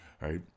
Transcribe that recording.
Right